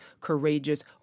courageous